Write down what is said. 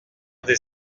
des